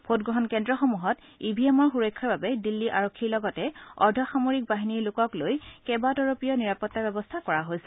ভোটগ্ৰহণ কেন্দ্ৰসমূহত E V এমৰ সূৰক্ষাৰ বাবে দিল্লী আৰক্ষীৰ লগতে অৰ্ধসামৰিক বাহিনীৰ লোকক লৈ কেইবাতৰপীয়া নিৰাপত্তাৰ ব্যৱস্থা কৰা হৈছে